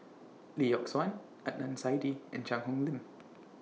Lee Yock Suan Adnan Saidi and Cheang Hong Lim